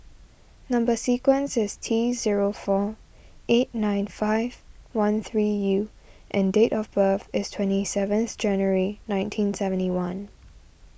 Number Sequence is T zero four eight nine five one three U and date of birth is twenty seventh January nineteen seventy one